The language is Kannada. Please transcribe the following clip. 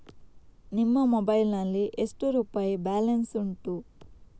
ನಿನ್ನ ಮೊಬೈಲ್ ನಲ್ಲಿ ಎಷ್ಟು ರುಪಾಯಿ ಬ್ಯಾಲೆನ್ಸ್ ಉಂಟು?